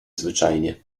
zwyczajnie